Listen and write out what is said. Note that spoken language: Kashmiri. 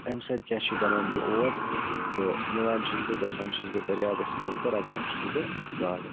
اَمہِ سۭتۍ کیٛاہ چھُ یہِ بَنان یہِ اوٹ تہٕ نِوان چھُس بہٕ گژھان چھُس بہٕ دٔریاوَس منٛز تہٕ رَٹان چھُس بہٕ گاڑٕ